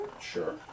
Sure